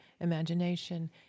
imagination